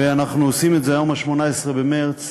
ואנחנו עושים את זה היום, 18 במרס,